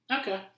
Okay